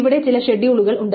ഇവിടെ ചില ഷെഡ്യൂളുകൾ ഉണ്ട്